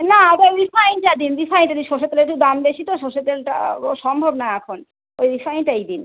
না ওটা রিফাইনটা দিন রিফাইনটা দিন সরষে তেলের একটু দাম বেশি তো সরষের তেলটা ও সম্ভব না এখন ওই সংটাই দিন